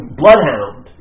bloodhound